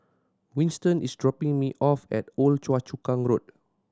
Winston is dropping me off at Old Choa Chu Kang Road